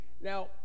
Now